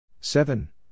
Seven